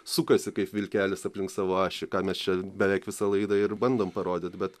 sukasi kaip vilkelis aplink savo ašį ką mes čia beveik visą laidą ir bandom parodyt bet